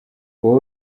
wowe